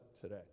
today